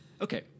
Okay